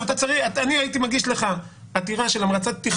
אני הייתי מגיש לך עתירה של המרצת פתיחה